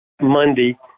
Monday